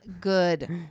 good